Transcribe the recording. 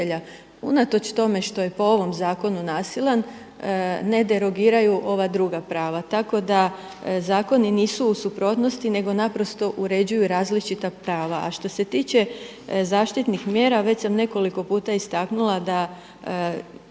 unatoč tome što je po ovom zakonu nasilan ne derogiraju ova druga prava. Tako da zakoni nisu u suprotnosti nego naprosto uređuju različita prava. A što se tiče zaštitnih mjera već sam nekoliko puta istaknula da